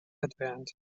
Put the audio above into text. headband